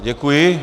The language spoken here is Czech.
Děkuji.